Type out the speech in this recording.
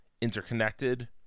interconnected